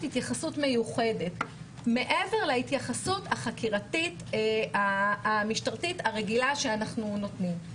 התייחסות מיוחדת מעבר להתייחסות החקירתית המשטרתית הרגילה שאנחנו נותנים.